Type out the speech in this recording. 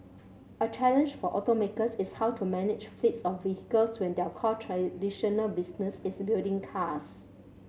a challenge for automakers is how to manage fleets of vehicles when their core traditional business is building cars